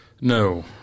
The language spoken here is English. No